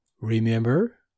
Remember